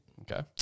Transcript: Okay